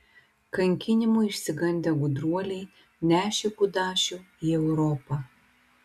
kankinimų išsigandę gudruoliai nešė kudašių į europą